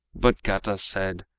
but gata said,